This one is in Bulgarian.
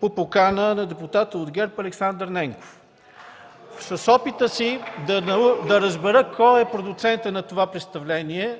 по покана на депутата от ГЕРБ Александър Ненков. В опита си да разберем кой е продуцентът на това представление